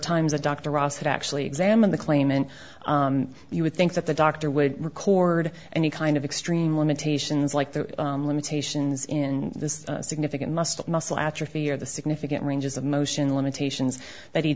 times a doctor ross had actually examined the claim and you would think that the doctor would record any kind of extreme limitations like the limitations in this significant must muscle atrophy or the significant ranges of motion limitations that he